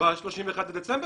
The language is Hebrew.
ב-31 בדצמבר?